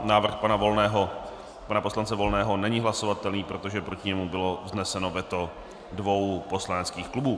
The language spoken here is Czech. Návrh pana poslance Volného není hlasovatelný, protože proti němu bylo vzneseno veto dvou poslaneckých klubů.